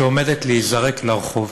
שעומדת להיזרק לרחוב.